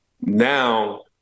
now